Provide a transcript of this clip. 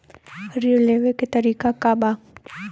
ऋण लेवे के तरीका का बा?